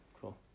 cool